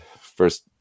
first